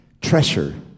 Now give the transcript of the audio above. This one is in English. treasure